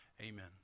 Amen